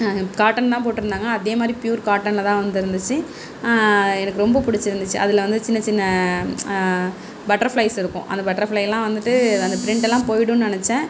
cotton தான் போட்டிருந்தாங்க அதேமாதிரி ப்யூர் காட்டனில்தான் வந்துருந்துச்சு எனக்கு ரொம்ப பிடிச்சிருந்துச்சு அதில் வந்து சின்ன சின்ன பட்டர்ஃப்ளைஸ் இருக்கும் அந்த பட்டர்ஃப்ளைலாம் வந்துட்டு அந்த ப்ரிண்ட் எல்லாம் போயிடுன்னு நினச்சேன்